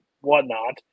whatnot